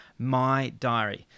MYDIARY